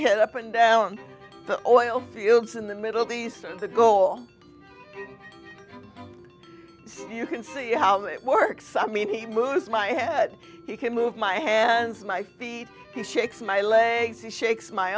head up and down the oil fields in the middle east and the goal you can see how it works i mean he moves my head he can move my hands my feet he shakes my legs he shakes my